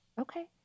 Okay